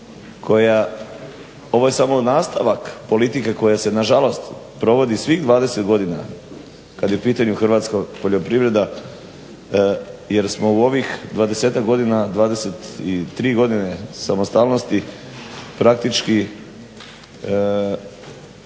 koja, ovo je samo nastavak politike koja se nažalost provodi svih 20 godina kad je u pitanju hrvatska poljoprivreda jer smo u ovih 20-tak godina, 23 godine samostalnosti praktički uvezli